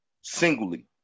singly